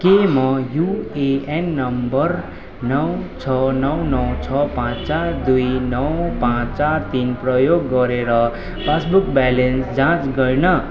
के म UAN number नौ छ नौ नौ छ पाँच चार दुई नौ पाँच चार तिन प्रयोग गरेर पासबुक ब्यालेन्स जाँच गर्न